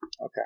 Okay